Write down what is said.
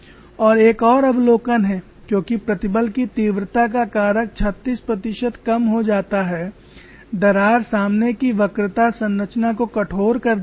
और एक और अवलोकन है क्योंकि प्रतिबल की तीव्रता का कारक 36 प्रतिशत कम हो जाता है दरार सामने की वक्रता संरचना को कठोर कर देती है